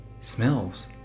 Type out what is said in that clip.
smells